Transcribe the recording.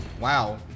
Wow